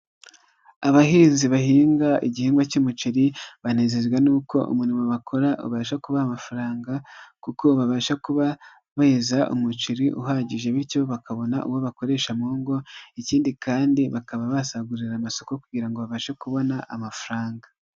Abahinzi bahinga igihingwa cy'umuceri banezezwa nuko umurimo bakora ubasha kubaha amafaranga kuko babasha kuba beza umuceri uhagije bityo bakabona uwo bakoresha mu ngo ikindi kandi bakaba basagurira amasoko kugira ngo babashe kubona amafaranga.